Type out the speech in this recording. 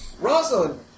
Rosalind